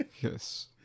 Yes